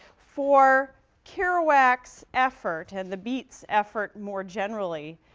for kerouac's effort and the beats' effort, more generally,